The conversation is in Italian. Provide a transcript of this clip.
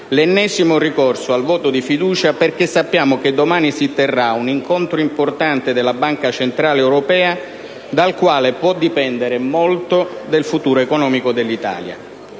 l'ennesimo ricorso al voto di fiducia, perché sappiamo che domani si terrà un incontro importante della Banca centrale europea, dal quale può dipendere molto del futuro economico dell'Italia.